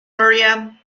miriam